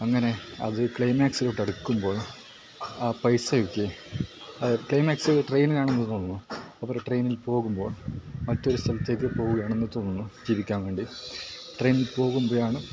അങ്ങനെ അത് ക്ലൈമാക്സിലോട്ട് അടുക്കുമ്പോൾ ആ പൈസയ്ക്ക് ആ ക്ലൈമാക്സിൽ ട്രെയിനിൽ ആണെന്ന് തോന്നുന്നു അവർ ട്രെയിനിൽ പോകുമ്പോൾ മറ്റൊരു സ്ഥലത്തേക്ക് പോകുകയാണെന്ന് തോന്നുന്നു ജീവിക്കാൻ വേണ്ടി ട്രെയിൻ പോകുമ്പോഴാണ്